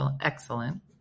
excellent